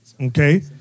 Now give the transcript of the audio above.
Okay